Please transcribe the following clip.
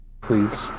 please